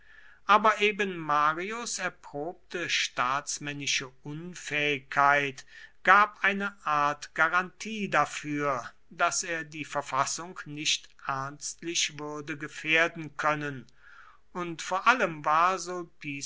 aber eben marius erprobte staatsmännische unfähigkeit gab eine art garantie dafür daß er die verfassung nicht ernstlich würde gefährden können und vor allem war